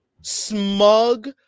smug